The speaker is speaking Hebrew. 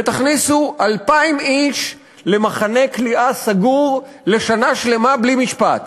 ותכניסו 2,000 איש למחנה כליאה סגור לשנה שלמה בלי משפט,